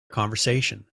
conversation